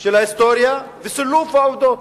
של ההיסטוריה וסילוף העובדות.